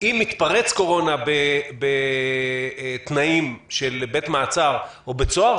אם תתפרץ קורונה בתנאים של בית מעצר או בית סוהר,